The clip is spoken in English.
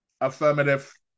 Affirmative